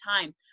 time